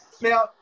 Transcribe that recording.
Now